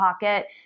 pocket